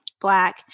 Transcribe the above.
black